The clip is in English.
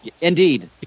Indeed